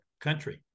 country